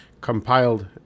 compiled